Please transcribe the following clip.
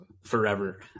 forever